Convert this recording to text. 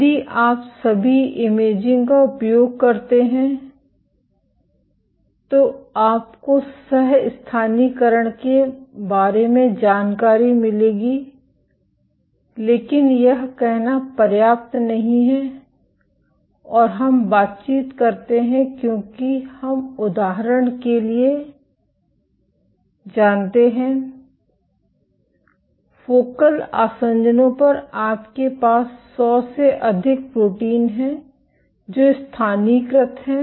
यदि आप सभी इमेजिंग का उपयोग करते हैं तो आपको सह स्थानीयकरण के बारे में जानकारी मिलेगी लेकिन यह कहना पर्याप्त नहीं है और हम बातचीत करते हैं क्योंकि हम उदाहरण के लिए जानते हैं फोकल आसंजनों पर आपके पास 100 से अधिक प्रोटीन हैं जो स्थानीयकृत हैं